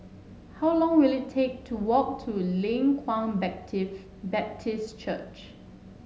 how long will it take to walk to Leng Kwang Baptist Church